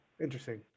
Interesting